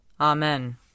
Amen